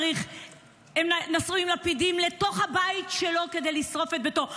הם נסעו עם לפידים לתוך הבית שלו כדי לשרוף את ביתו.